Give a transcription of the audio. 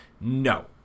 No